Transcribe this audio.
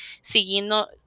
siguiendo